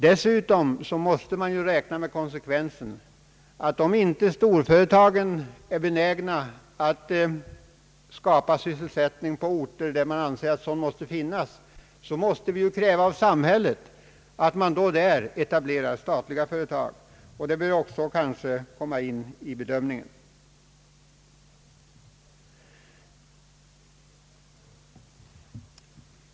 Dessutom bör man räkna med konsekvensen att om inte storföretagen är benägna att skapa sysselsättning på orter, där man anser att sådan måste finnas, måste vi kräva av samhället att man där etablerar statliga företag. Den aspekten bör också komma med i bilden vid bedömningen.